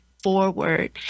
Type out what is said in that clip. forward